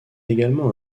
également